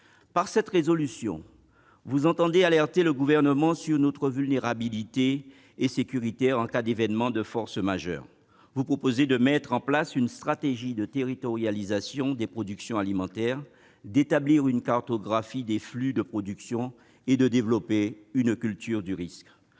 parlementaires. Ses auteurs entendent alerter le Gouvernement sur notre vulnérabilité alimentaire et sécuritaire en cas d'événements de force majeure. Ils proposent de mettre en place une stratégie de « territorialisation » des productions alimentaires, d'établir une cartographie des flux de production et de développer une culture du risque.